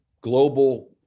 global